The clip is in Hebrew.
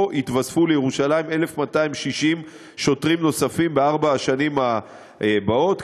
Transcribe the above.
פה התווספו לירושלים 1,260 שוטרים נוספים בארבע השנים הבאות,